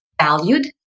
valued